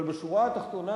אבל בשורה התחתונה,